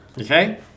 Okay